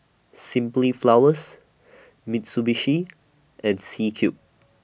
Simply Flowers Mitsubishi and C Cube